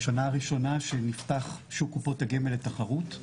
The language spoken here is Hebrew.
בשנה הראשונה שנפתח שוק קופות הגמל לתחרות,